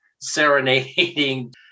serenading